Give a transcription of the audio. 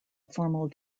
formal